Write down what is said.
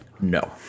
No